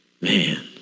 Man